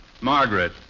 Margaret